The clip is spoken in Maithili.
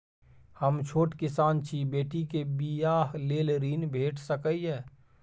हम छोट किसान छी, बेटी के बियाह लेल ऋण भेट सकै ये?